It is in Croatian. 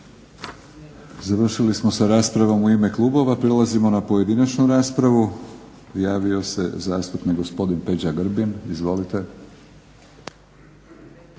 Završili smo sa raspravom u ime klubova. Prelazimo na pojedinačnu raspravu. Javio se zastupnik gospodin Peđa Grbin. Izvolite.